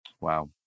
Wow